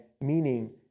meaning